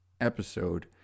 episode